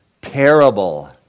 parable